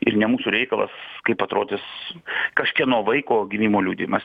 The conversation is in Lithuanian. ir ne mūsų reikalas kaip atrodys kažkieno vaiko gimimo liudijimas